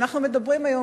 כשאנחנו מדברים היום,